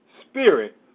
spirit